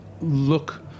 look